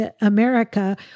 America